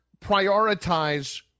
prioritize